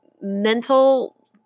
mental